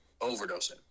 overdosing